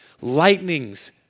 lightnings